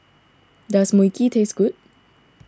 does Mui Kee taste good